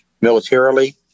militarily